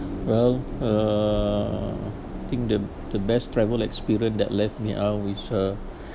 well uh think the the best travel experience that left me out is uh